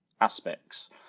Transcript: aspects